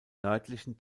nördlichen